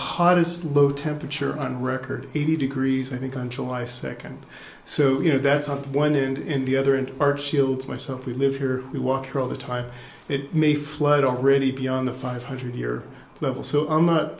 hottest low temperature on record eighty degrees i think on july second so you know that's on one hand in the other and our shields myself we live here we walk here all the time it may flood already beyond the five hundred year level so i'm not